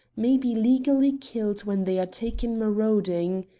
may be legally killed when they are taken marauding.